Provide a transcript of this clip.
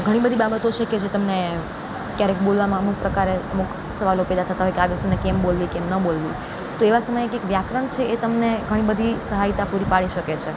ઘણી બધી બાબતો છે કે જે તમને ક્યારેક બોલવામાં અમુક પ્રકારે અમુક સવાલો પેદા થતા હોય કે વસ્તુને કેમ બોલીએ કેમ ન બોલવું છે તો એવા સમયે કે વ્યાકરણ છે તે તમને ઘણી બધી સહાયતા પૂરી પાડી શકે છે